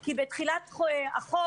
כי בתחילת החוק,